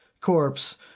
corpse